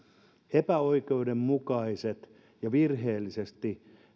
epäoikeudenmukaisten ja virheellisesti